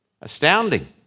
Astounding